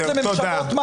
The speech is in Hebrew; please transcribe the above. לדמוקרטיה,